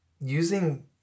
using